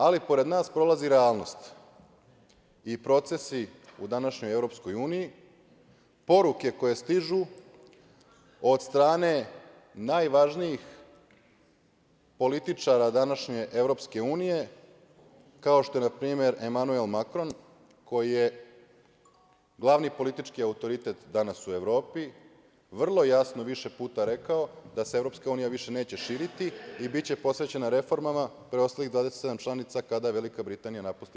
Ali, pored nas prolazi realnost i procesi u današnjoj EU, poruke koje stižu od strane najvažnijih političara današnje EU, kao što je na primer Emanuel Makron, koji je glavni politički autoritet danas u Evropi, vrlo je jasno više puta rekao da se EU više neće širiti i biće posvećena reformama preostalih 27 članica kada Velika Britanija napusti EU.